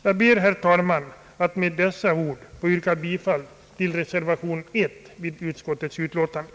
Jag ber, herr talman, att med dessa ord få yrka bifall till reservation 1 vid utskottets utlåtande.